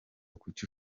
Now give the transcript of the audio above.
kucyo